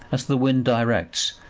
as the wind directs,